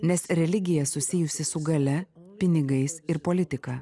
nes religija susijusi su galia pinigais ir politika